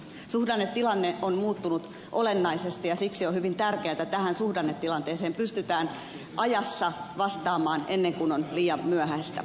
suhdannetilanne on muuttunut olennaisesti ja siksi on hyvin tärkeätä että tähän suhdannetilanteeseen pystytään ajassa vastaamaan ennen kuin on liian myöhäistä